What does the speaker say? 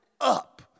up